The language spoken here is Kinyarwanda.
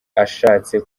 ashatse